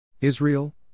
Israel